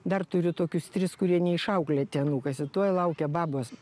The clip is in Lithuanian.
dar turiu tokius tris kurie neišauklėti anūkas ir tuoj laukia babos